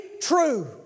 true